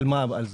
על מה 'על זה'?